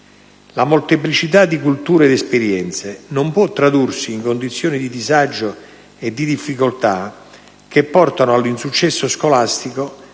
La molteplicità di culture ed esperienze non può tradursi in condizioni di disagio e di difficoltà che portano all'insuccesso scolastico,